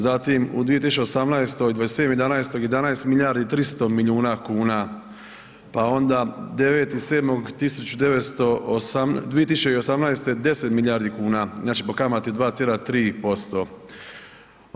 Zatim u 2018., 27.11., 11 milijardi i 300 milijuna kuna, pa onda 9.7.2018. 10 milijardi kuna, znači po kamati od 2,3%